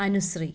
Anusree